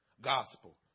Gospel